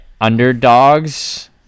underdogs